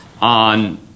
on